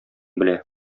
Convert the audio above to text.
белә